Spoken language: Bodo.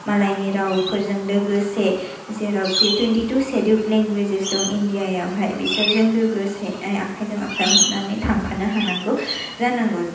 मालायनि रावफोरजों लोगोसे जेरावखि टुयेन्टिथु चिडुल लेंगुवेसेस दं इण्डियायावहाय बिसोरजों लोगोसे आखायजों आखाय हमनानै थांफानो हानांगौ जानांगौ